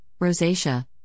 rosacea